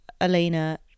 elena